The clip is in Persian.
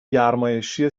گرمایشی